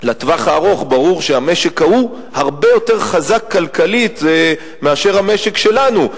לטווח הארוך ברור שהמשק ההוא הרבה יותר חזק כלכלית מאשר המשק שלנו.